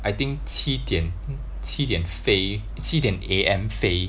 I think 七点七点飞七点 A_M 飞